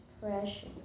fresh